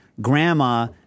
grandma